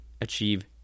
achieve